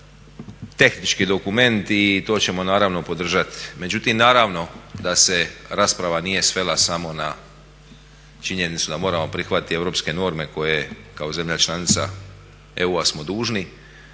tehnički dokument i to ćemo naravno podržati. Međutim, naravno da se rasprava nije svela samo na činjenicu da moramo prihvatiti europske norme koje kao zemlja članica EU smo dužni,